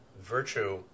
virtue